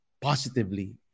positively